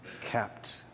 kept